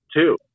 two